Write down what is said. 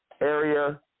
area